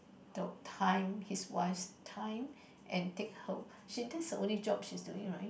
the time his wife's time and take whole she did the only job she's doing right